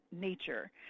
nature